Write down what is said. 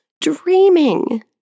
dreaming